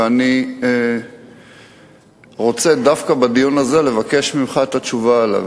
ואני רוצה דווקא בדיון הזה לבקש ממך את התשובה עליו.